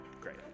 Great